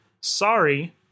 Sorry